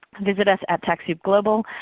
visit us at techsoupglobal